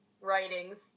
Writings